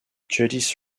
judith